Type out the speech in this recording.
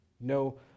No